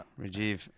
Rajiv